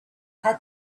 had